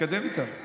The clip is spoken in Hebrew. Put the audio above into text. נתקדם איתן.